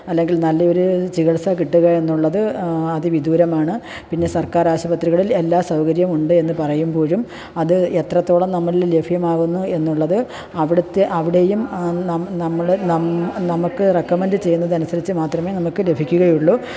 അല്ലെങ്കിൽ നല്ലയൊരു ചികിത്സ കിട്ടുക എന്നുള്ളത് അതിവിദൂരമാണ് പിന്നെ സർക്കാർ ആശുപത്രികളിൽ എല്ലാ സൗകര്യം ഉണ്ട് എന്ന് പറയുമ്പോഴും അത് എത്രത്തോളം നമ്മളിൽ ലഭ്യമാവുന്നു എന്നുള്ളത് അവിടുത്തെ അവിടെയും നമ്മൾ നമുക്ക് റക്കമൻഡ് ചെയ്യുന്നതനുസരിച്ച് മാത്രമേ നമുക്ക് ലഭിക്കുകയുള്ളൂ